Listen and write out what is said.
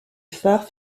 phare